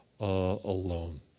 Alone